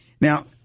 Now